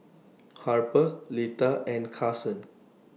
Harper Lita and Kason